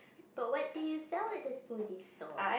but what do you sell at the smoothie stall